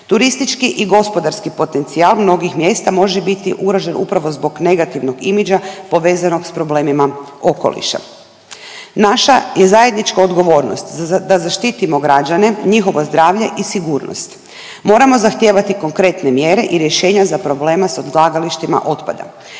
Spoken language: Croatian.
Turistički i gospodarski potencijal mnogih mjesta može biti ugrožen upravo zbog negativnog imidža povezanog s problemima okoliša. Naša je zajednička odgovornost da zaštitimo građane, njihovo zdravlje i sigurnost. Moramo zahtijevati konkretne mjere i rješenja za probleme s odlagalištima otpada.